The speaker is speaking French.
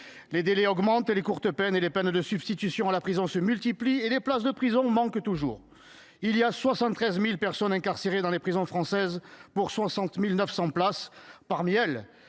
Les délais de jugement augmentent, les courtes peines et les peines de substitution à la prison se multiplient, les places de prison manquent toujours : il y a 73 000 personnes incarcérées dans les prisons françaises pour 60 900 places ; parmi ces